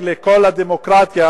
הואיל והחוק הוא חוק פרטי,